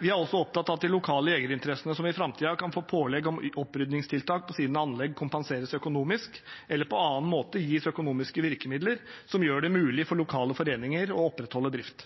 Vi er også opptatt av at de lokale jegerinteressene som i framtiden kan få pålegg om oppryddingstiltak på sine anlegg, kompenseres økonomisk eller på annen måte gis økonomiske virkemidler som gjør det mulig for lokale foreninger å opprettholde drift.